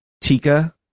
Tika